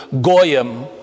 Goyim